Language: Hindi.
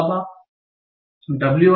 अब wi s